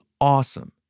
awesome